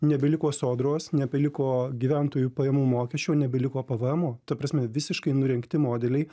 nebeliko sodros nebeliko gyventojų pajamų mokesčio nebeliko pvmo ta prasme visiškai nurengti modeliai